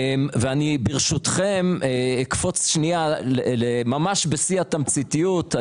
ברשותכם אקפוץ בשיא התמציתיות,